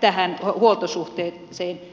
tähän huoltosuhteeseen